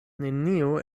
nenio